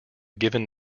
given